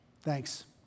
Thanks